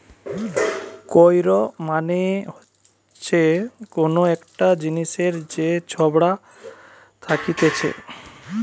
কৈর মানে হচ্ছে কোন একটা জিনিসের যে ছোবড়া থাকতিছে